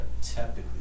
typically